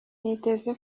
niteze